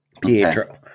Pietro